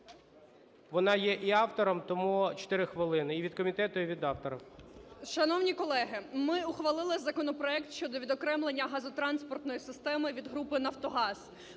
Вона є і автором, тому 4 хвилини – і від комітету, і від автора. 17:50:15 ПІДЛАСА Р.А. Шановні колеги, ми ухвалили законопроект щодо відокремлення газотранспортної системи від групи "Нафтогаз".